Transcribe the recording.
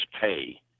pay